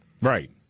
Right